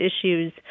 issues